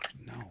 No